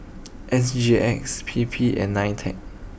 S G X P P and Nitec